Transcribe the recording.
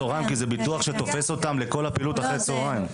כי זה ביטוח שתופס אותם לכל הפעילות אחה"צ.